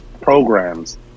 programs